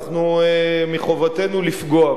מחובתנו לפגוע בו.